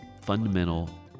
fundamental